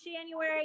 January